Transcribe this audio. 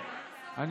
בבקשה, לא ללכת.